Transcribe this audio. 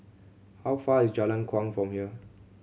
how far is Jalan Kuang from here